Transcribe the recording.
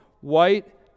white